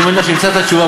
אני מניח שנמצא את התשובה,